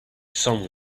some